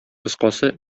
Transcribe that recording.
кыскасы